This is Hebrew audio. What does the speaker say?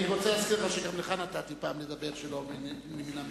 אני רוצה להזכיר לך שגם לך נתתי פעם לדבר שלא מן המניין.